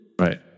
Right